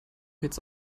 jetzt